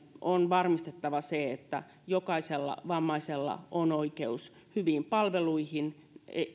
on varmistettava se että jokaisella vammaisella on oikeus hyviin palveluihin